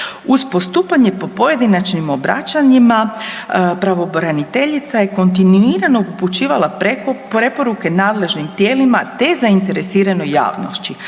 Uz postupanje po pojedinačnim obraćanjima pravobraniteljica je kontinuirano upućivala preporuke nadležnim tijelima te zainteresiranoj javnosti.